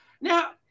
Now